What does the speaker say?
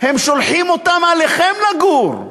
הם שולחים אותם אליכם לגור.